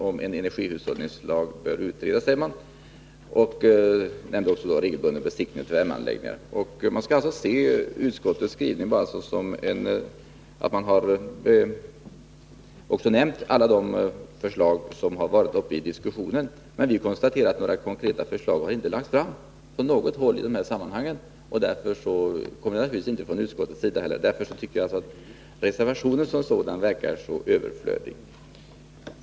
I propositionen har ju redogjorts för energihushållningsdelegationens arbete. Utskottets skrivning skall ses så, att utskottet bara har redovisat alla de förslag som varit uppe till diskussion. Vi konstaterar emellertid att några konkreta förslag inte har lagts fram från något håll i dessa sammanhang — naturligtvis inte heller från utskottets sida. Därför tycker jag att reservationen som sådan verkar överflödig.